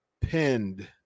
pinned